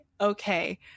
okay